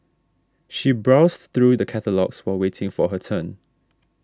she browsed through the catalogues while waiting for her turn